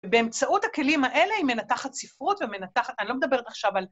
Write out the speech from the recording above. באמצעות הכלים האלה היא מנתחת ספרות ומנתחת... אני לא מדברת עכשיו על...